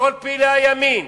כל פעילי הימין,